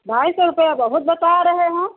ढाई सौ रुपये बहुत बता रहे हैं